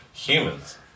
humans